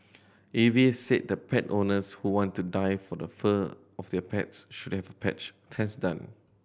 A V A said the pet owners who want to dye for the fur of their pets should have a patch test done